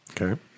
Okay